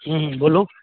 हुँ हुँ बोलू